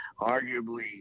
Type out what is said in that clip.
arguably